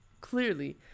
clearly